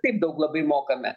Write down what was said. taip daug labai mokame